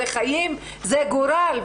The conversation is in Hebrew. זה חיים וזה גורל,